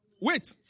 Wait